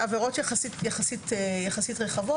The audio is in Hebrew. אלה עבירות יחסית רחבות,